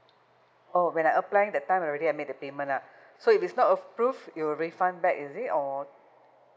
oh when I applying that time I've already made the payment lah so if it's not approved you refund back is it or